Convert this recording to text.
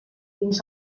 dins